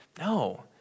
No